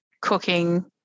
cooking